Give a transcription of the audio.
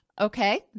okay